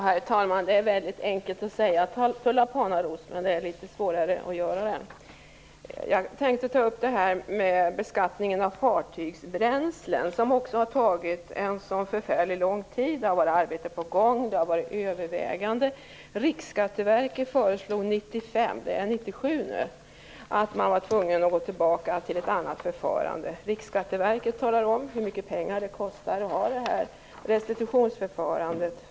Herr talman! Hanteringen av frågan om beskattningen av fartygsbränslen har tagit förfärligt lång tid. Det har hetat att arbete är på gång. Det har varit överväganden. Men 1995, och nu är det 1997, sade Riksskatteverket i sitt förslag att det var nödvändigt att gå tillbaka till ett annat förfarande. Riksskatteverket talar om hur mycket pengar det kostar att ha det här restitutionsförfarandet.